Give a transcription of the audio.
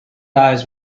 eyes